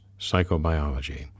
psychobiology